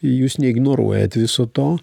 jūs neignoruojat viso to